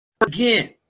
again